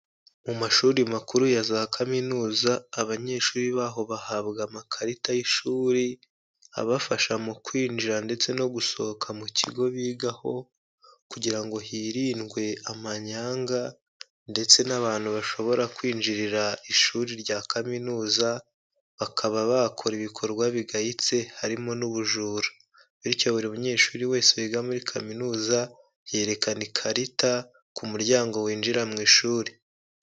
Mu mashuri makuru ya za kaminuza abanyeshuri baho bahabwa amakarita y'ishuri abafasha mu kwinjira ndetse no gusohoka mu kigo bigaho kugira ngo hirindwe amanyanga ndetse n'abantu bashobora kwinjirira ishuri rya kaminuza, bakaba bakora ibikorwa bigayitse harimo n'ubujura. Bityo buri munyeshuri wese wiga muri kaminuza yerekana ikarita ku muryango winjira mu ishuri.